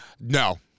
No